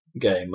game